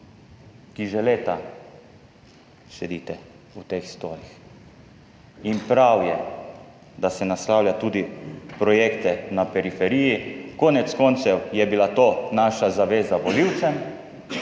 ki že leta sedite na teh stolih. Prav je, da se naslavlja tudi projekte na periferiji, konec koncev je bila to naša zaveza volivcem.